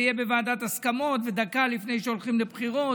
יהיה בוועדת הסכמות ודקה לפני שהולכים לבחירות.